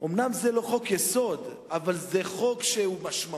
אומנם זה לא חוק-יסוד, אבל זה חוק משמעותי,